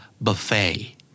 Buffet